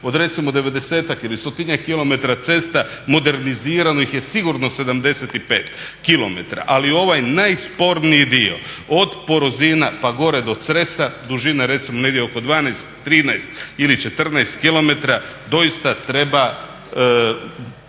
stotinjak kilometara cesta modernizirano ih je sigurno 75 km. Ali ovaj najsporniji dio od Porozina pa gore do Cresa dužine recimo negdje oko 12, 13 ili 14 km doista treba